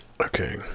Okay